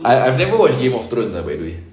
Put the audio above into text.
I I've never watch game of thrones ah by the way